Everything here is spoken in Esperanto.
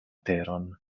teron